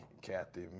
Kathy